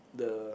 the